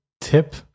tip